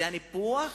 זה הניפוח